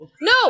no